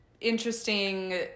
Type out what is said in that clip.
interesting